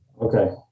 Okay